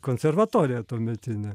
konservatoriją tuometinę